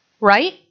Right